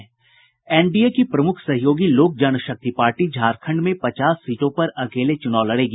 NDA की प्रमुख सहयोगी लोक जनशक्ति पार्टी झारखंड में पचास सीटों पर अकेले चुनाव लड़ेगी